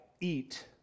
eat